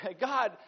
God